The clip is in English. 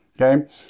Okay